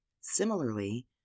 Similarly